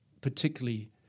particularly